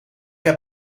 heb